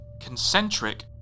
concentric